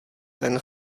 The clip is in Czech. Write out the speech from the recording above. ten